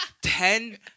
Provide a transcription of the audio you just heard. Ten